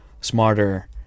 smarter